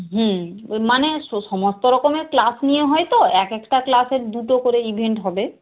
হুম মানে সমস্ত রকমের ক্লাস নিয়ে হয় তো এক একটা ক্লাসের দুটো করে ইভেন্ট হবে